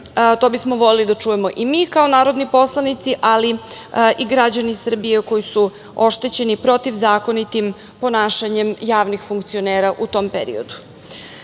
To bismo voleli da čujemo i mi kao narodni poslanici, ali i građani Srbije koji su oštećeni protivzakonitim ponašanjem javnih funkcionera u tom periodu. Ono